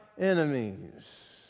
enemies